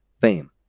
fame